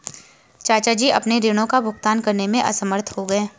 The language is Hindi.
चाचा जी अपने ऋणों का भुगतान करने में असमर्थ हो गए